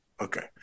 Okay